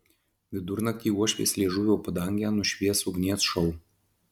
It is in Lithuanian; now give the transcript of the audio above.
vidurnaktį uošvės liežuvio padangę nušvies ugnies šou